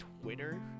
twitter